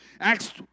Acts